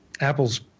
Apple's